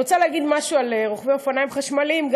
אני רוצה להגיד משהו על רוכבי אופניים חשמליים,